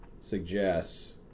suggests